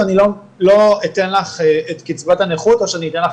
אני לא אתן לך את קצבת הנכות או שאני אתן לך